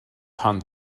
hunt